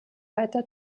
weiter